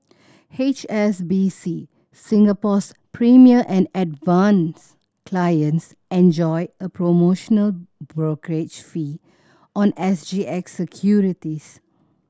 H S B C Singapore's Premier and Advance clients enjoy a promotional brokerage fee on S G X securities